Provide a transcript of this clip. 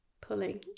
pulling